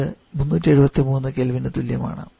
ഇത് 373K തുല്യമാണ്